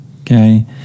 okay